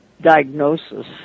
diagnosis